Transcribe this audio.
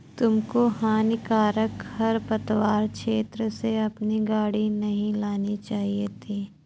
तुमको हानिकारक खरपतवार क्षेत्र से अपनी गाड़ी नहीं लानी चाहिए थी